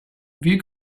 you